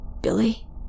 Billy